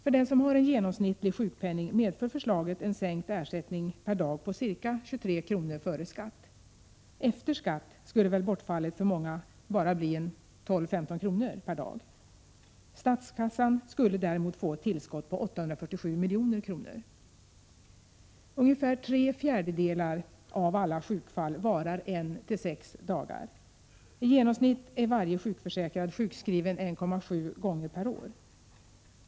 För den som har en genomsnittlig sjukpenning medför förslaget en sänkt ersättning per dag på ca 23 kr. före skatt. Efter skatt skulle väl bortfallet för många bara bli 12-15 kr. per dag. Statskassan skulle däremot få ett tillskott på 847 milj.kr. Ungefär tre fjärdedelar av alla sjukfall varar en till sex dagar. I genomsnitt är varje sjukförsäkrad sjukskriven 1,7 gånger per år.